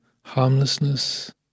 harmlessness